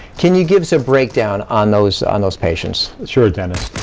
can you give us a break down on those on those patients? sure, dennis.